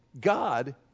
God